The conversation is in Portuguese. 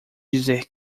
dizer